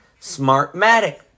Smartmatic